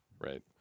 right